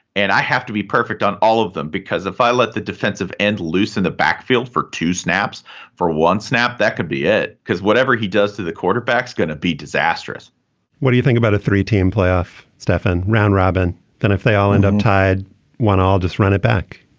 and i have to be perfect on all of them because if i let the defensive end loose in the backfield for two snaps for one snap, that could be it because whatever he does to the quarterback's going to be disastrous what do you think about a three team playoff. stefan round robin then if they all end up tied one i'll just run it back.